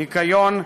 ניקיון,